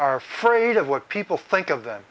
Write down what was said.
are afraid of what people think of th